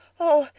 oh,